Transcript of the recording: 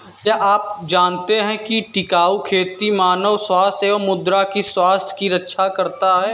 क्या आप जानते है टिकाऊ खेती मानव स्वास्थ्य एवं मृदा की स्वास्थ्य की रक्षा करता हैं?